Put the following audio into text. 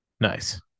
nice